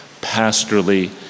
pastorally